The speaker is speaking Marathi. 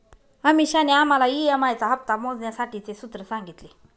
अमीषाने आम्हाला ई.एम.आई चा हप्ता मोजण्यासाठीचे सूत्र सांगितले